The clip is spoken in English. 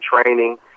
training